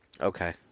okay